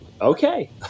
Okay